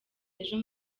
ejo